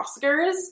Oscars